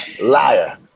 Liar